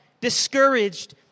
discouraged